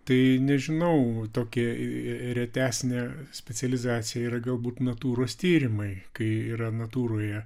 tai nežinau tokia retesnė specializacija yra galbūt natūros tyrimai kai yra natūroje